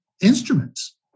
instruments